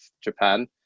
Japan